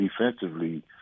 defensively